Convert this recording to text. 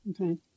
Okay